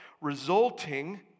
resulting